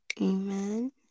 amen